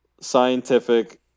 scientific